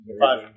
Five